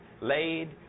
laid